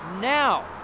now